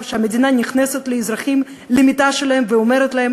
שהמדינה נכנסת לאזרחים למיטה שלהם ואומרת להם